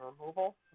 removal